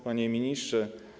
Panie Ministrze!